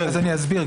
אסביר,